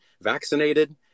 vaccinated